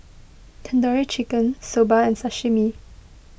Tandoori Chicken Soba and Sashimi